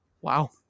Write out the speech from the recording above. Wow